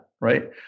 right